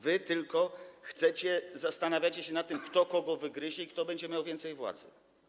Wy tylko chcecie... zastanawiacie się nad tym, kto kogo wygryzie i kto będzie miał więcej władzy.